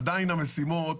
עדיין המשימות,